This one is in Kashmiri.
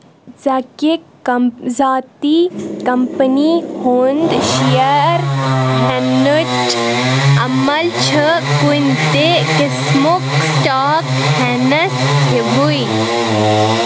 ژَکِہ کم ذاتی کمپٔنی ہُنٛد شیر ہیٚنٕچ عمل چھِ کُنہِ تہٕ قسمٕک سٹاک ہیٚنَس ہِوٕے